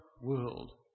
world